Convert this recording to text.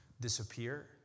disappear